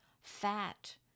fat